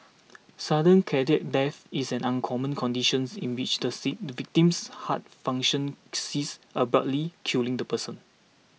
sudden cardiac death is an uncommon conditions in which the same the victim's heart function ceases abruptly killing the person